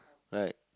right